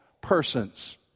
persons